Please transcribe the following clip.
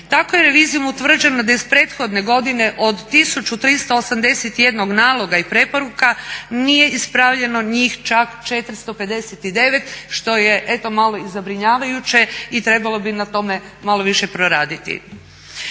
Tako je revizijom utvrđeno da iz prethodne godine od 1381 naloga i preporuka nije ispravljeno njih čak 459 što je eto malo i zabrinjavajuće i trebalo bi na tome malo više poraditi.